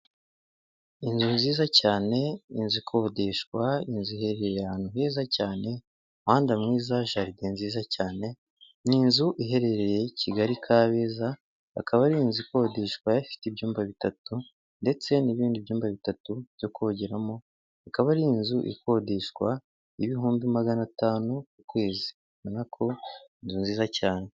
Inzu nziza cyane ni inzu ikodeshwa, inzu iherereye ahantu heza cyane umuhanda mwiza jaride nziza cyane ni inzu iherereye Kigali Kabeza, akaba ari inzu ikodeshwa ifite ibyumba bitatu ndetse n'ibindi byumba bitatu byo kogeramo, ikaba ari inzu ikodeshwa ibihumbi magana atanu ku kwezi urabona ko ni inzu nziza cyane.